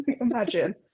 imagine